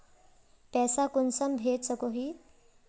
पैसा कुंसम भेज सकोही?